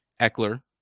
Eckler